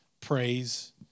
Praise